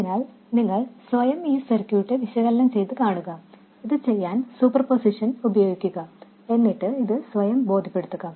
അതിനാൽ നിങ്ങൾ സ്വയം ഈ സർക്യൂട്ട് വിശകലനം ചെയ്ത് കാണുക ഇത് ചെയ്യാൻ സൂപ്പർപൊസിഷൻ ഉപയോഗിക്കുക എന്നിട്ട് ഇത് സ്വയം ബോധ്യപ്പെടുത്തുക